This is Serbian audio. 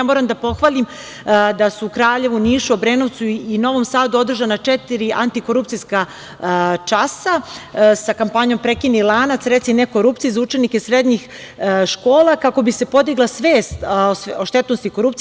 Moram da pohvalim da su u Kraljevu, Nišu, Obrenovcu i Novom Sadu održana četiri antikorupcijska časa, sa kampanjom – prekini lanac, reci ne korupciji, za učenike srednjih škola, kako bi se podigla svest o štetnosti korupcije.